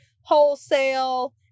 wholesale